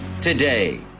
today